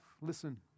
Listen